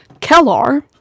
Kellar